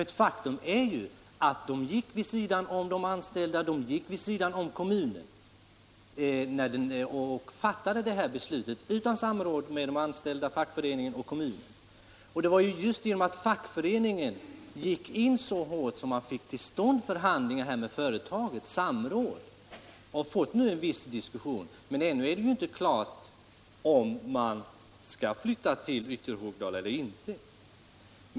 Ett faktum är ju att företaget gick vid sidan om de anställda och vid sidan av kommunen och fattade detta beslut — utan samråd med de anställda, fackföreningen och kommunen. Det var just genom att fackföreningen gick in så hårt som man fick till stånd samråd och en viss diskussion. Men ännu är det ju inte klart om man skall flytta till Ytterhogdal eller inte.